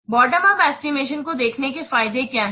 bottom up estimation को देखने के फायदे क्या हैं